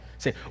Say